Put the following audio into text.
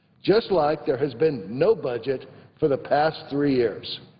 just like there has been no budget for the past three years.